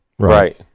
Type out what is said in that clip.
Right